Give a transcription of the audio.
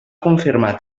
confirmar